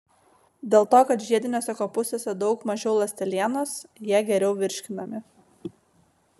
dėl to kad žiediniuose kopūstuose daug mažiau ląstelienos jie geriau virškinami